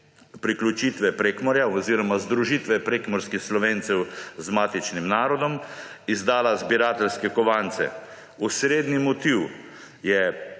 priključitvi Prekmurja oziroma združitve prekmurskih Slovencev z matičnim narodom izdala zbirateljske kovance. Osrednji motiv je